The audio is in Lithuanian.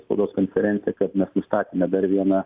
spaudos konferencija kad mes nustatėme dar vieną